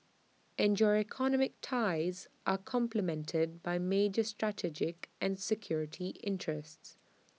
and your economic ties are complemented by major strategic and security interests